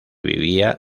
vivía